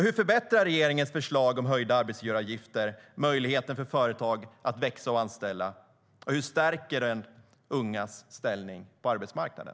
Hur förbättrar regeringens förslag om höjda arbetsgivaravgifter möjligheten för företag att växa och anställa? Och hur stärker det ungas ställning på arbetsmarknaden?